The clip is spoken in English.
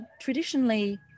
traditionally